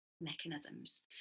mechanisms